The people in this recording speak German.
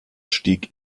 stieg